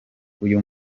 uyu